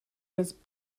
was